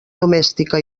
domèstica